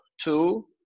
Two